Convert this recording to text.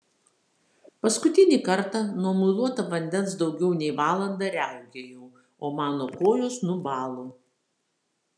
paskutinį kartą nuo muiluoto vandens daugiau nei valandą riaugėjau o mano kojos nubalo